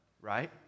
Right